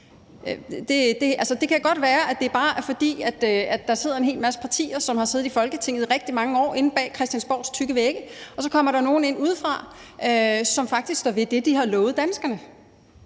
Det kan godt være, at det bare er, fordi der sidder en hel masse partier, som har siddet i Folketinget i rigtig mange år inde bag Christiansborgs tykke vægge, og så kommer der nogen ind udefra, som faktisk står ved det, de har lovet danskerne.